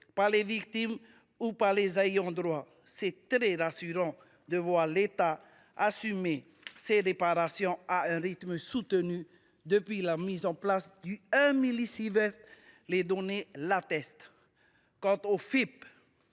par les victimes ou par leurs ayants droit. Il est très rassurant de voir l’État assumer ces réparations à un rythme soutenu depuis la mise en place du « 1 millisievert »– les chiffres le prouvent. Je tiens